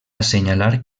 assenyalar